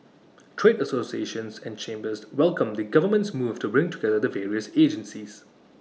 trade associations and chambers welcomed the government's move to bring together the various agencies